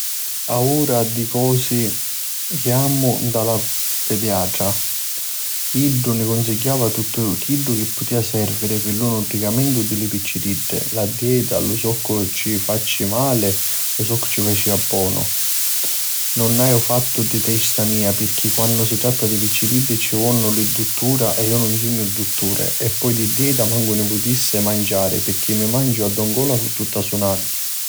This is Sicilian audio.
A ura di cosi jìamu nta lu pediatra. Iddu ni cunsigghiava tuttu chiddu chi sirvia pi lu nutricamentu di li picciriddi, la dieta, lu soccu ci facia mali e lu soccu ci facia bonu. Nun haiu mai fattu di testa mia pirchì quannu si tratta di li picciriddi ci vonnu li duttura e iu nun sugnu dutturi e poi di dieta mancu ni putissi manciari pirchì mi manciu a don Cola cu tutta la sunata.